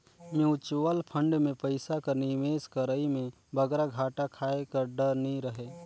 mutual fund में पइसा कर निवेस करई में बगरा घाटा खाए कर डर नी रहें